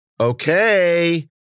Okay